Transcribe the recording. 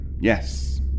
yes